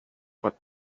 what